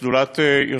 יושבי-ראש שדולת הגליל.